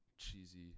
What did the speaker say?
cheesy